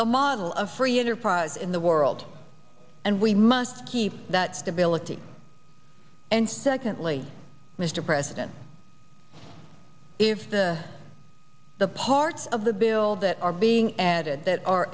the model of free enterprise in the world and we must keep that stability and secondly mr president if the the parts of the bill that are being added that are